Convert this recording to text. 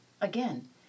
again